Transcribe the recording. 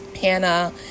Hannah